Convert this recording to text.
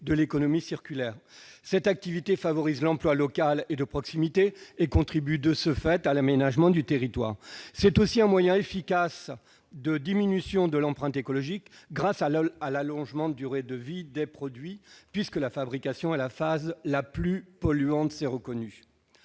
de l'économie circulaire. Cette pratique favorise l'emploi local et de proximité et contribue, de ce fait, à l'aménagement du territoire. C'est aussi un moyen efficace de diminution de l'empreinte écologique, grâce à l'allongement de durée de vie des produits, la fabrication étant la phase la plus polluante de celle-ci.